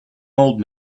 old